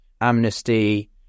Amnesty